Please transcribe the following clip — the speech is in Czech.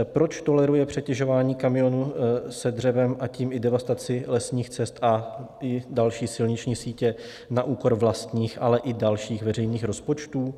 Proč toleruje přetěžování kamionů se dřevem, a tím i devastaci lesních cest a další silniční sítě na úkor vlastních, ale i dalších veřejných rozpočtů?